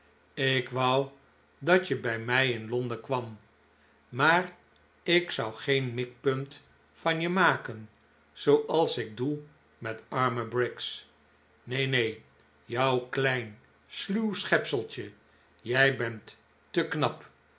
ik wou dat je bij mij in londen kwam maar ik zou geen mikpunt van je maken zooals ik doe met arme briggs nee nee jou klein sluw schepseltje jij bent te knap